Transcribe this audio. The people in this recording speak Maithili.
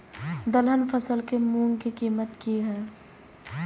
दलहन फसल के मूँग के कीमत की हय?